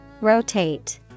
Rotate